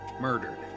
murdered